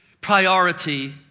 priority